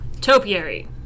Topiary